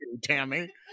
tammy